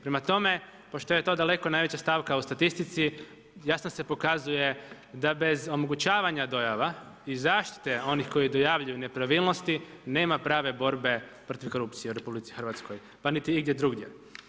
Prema tome, pošto je to daleko najveća stavka u statistici, jasno se pokazuje, da bez omogućavanje dojava i zaštite onih koji dojavljuju nepravilnosti, nema prave borbe proti korupciji u RH, pa niti igdje drugdje.